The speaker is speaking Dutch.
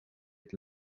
het